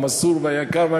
המסור והיקר,